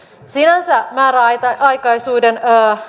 sinänsä määräaikaisuuden